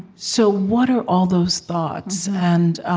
so what are all those thoughts? and